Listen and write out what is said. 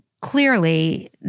clearly